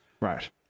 Right